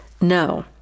No